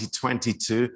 2022